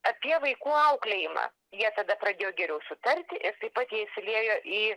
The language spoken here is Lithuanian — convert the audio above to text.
apie vaikų auklėjimą jie tada pradėjo geriau sutarti ir taip pat jie įsiliejo į